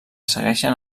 segueixen